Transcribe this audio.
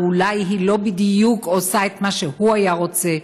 ואולי היא לא בדיוק עושה את מה שהוא היה רוצה.